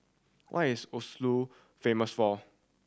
what is Oslo famous for